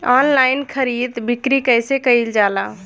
Online खरीद बिक्री कइसे कइल जाला?